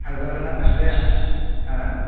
थांजागोन ना थांजाया हो